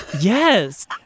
Yes